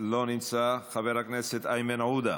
לא נמצא, חבר הכנסת איימן עודה,